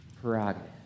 prerogative